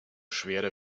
schwerer